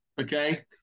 okay